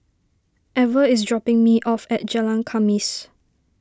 Ever is dropping me off at Jalan Khamis